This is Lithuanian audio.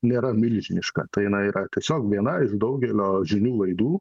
nėra milžiniška tai jinai yra tiesiog viena iš daugelio žinių laidų